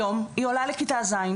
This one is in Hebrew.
היום היא עולה לכיתה ז',